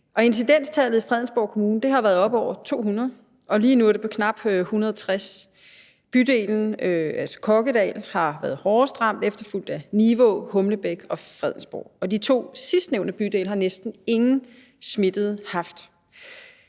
incidenstallet i Fredensborg Kommune har været oppe over 200, og lige nu er det på knap 160. Bydelen Kokkedal har været hårdest ramt efterfulgt af Nivå, Humlebæk og Fredensborg, og de to sidstnævnte bydele har næsten ingen smittede haft.